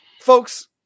Folks